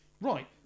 right